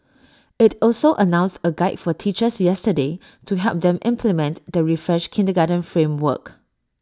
IT also announced A guide for teachers yesterday to help them implement the refreshed kindergarten framework